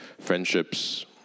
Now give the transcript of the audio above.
friendships